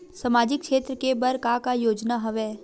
सामाजिक क्षेत्र के बर का का योजना हवय?